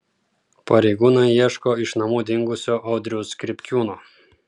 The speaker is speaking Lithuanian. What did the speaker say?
pareigūnai ieško iš namų dingusio audriaus skripkiūno